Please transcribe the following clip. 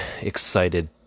excited